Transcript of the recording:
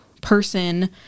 person